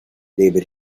david